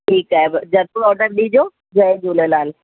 ठीकु आहे झटि ऑडर ॾिजो जय झूलेलाल